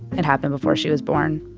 it happened before she was born.